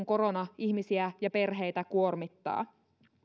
korona ihmisiä ja perheitä kuormittaa